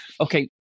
Okay